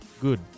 good